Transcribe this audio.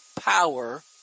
power